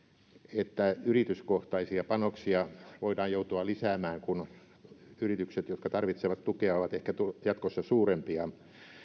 että yrityskohtaisia panoksia voidaan joutua lisäämään kun yritykset jotka tarvitsevat tukea ovat ehkä jatkossa suurempia